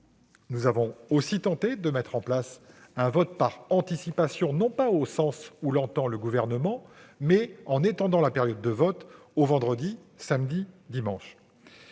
Nous avons aussi tenté de mettre en place un vote par anticipation, non pas au sens où l'entend le Gouvernement, mais étendant la période de vote au vendredi, au samedi et au dimanche.